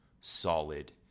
solid